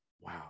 wow